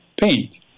paint